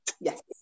yes